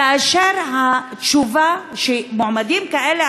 כאשר התשובה שמועמדים כאלה,